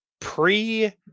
pre